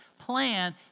plan